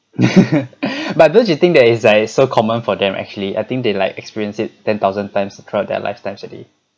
but don't you think that is like so common for them actually I think they like experience it ten thousand times throughout their lifetime already